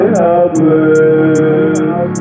helpless